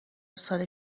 ساله